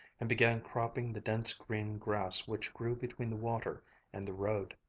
and began cropping the dense green grass which grew between the water and the road.